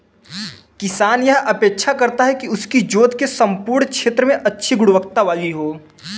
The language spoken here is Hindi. किसान यह अपेक्षा करता है कि उसकी जोत के सम्पूर्ण क्षेत्र में अच्छी गुणवत्ता वाली हो